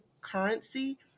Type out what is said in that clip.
currency